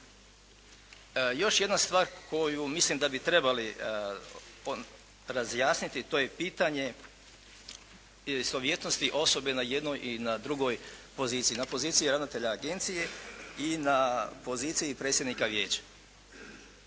Još jedna stvar koju mislim da bi trebali razjasniti. To je pitanje istovjetnosti osobe na jednoj i na drugoj poziciji, na poziciji ravnatelja agencije i na poziciji predsjednika vijeća.